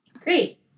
great